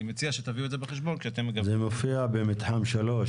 אני מציע שתביאו את זה בחשבון כשאתם -- זה מופיע במתחם 3,